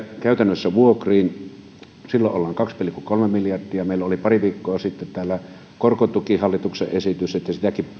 käytännössä vuokriin silloin ollaan kahdessa pilkku kolmessa miljardissa meillä oli pari viikkoa sitten täällä hallituksen esitys korkotuesta että